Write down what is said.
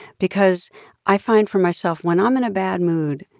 because i find for myself when i'm in a bad mood,